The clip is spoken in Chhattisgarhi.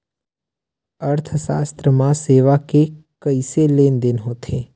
अर्थशास्त्र मा सेवा के कइसे लेनदेन होथे?